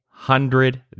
hundred